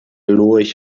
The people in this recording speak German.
lurch